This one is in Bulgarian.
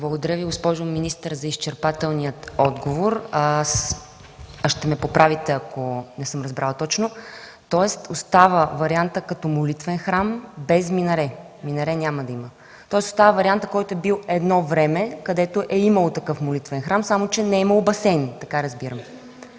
Благодаря Ви, госпожо министър, за изчерпателния отговор. Ще ме поправите, ако не съм разбрала точно. Тоест остава вариантът молитвен храм без минаре – минаре няма да има. Остава вариантът, който е бил едно време – имало е такъв молитвен храм, само че не е имало басейн. Така разбирам.